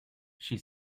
she